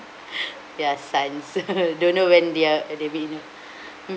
your sons don't know when they are at the